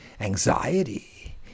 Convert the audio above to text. Anxiety